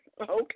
okay